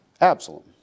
Absalom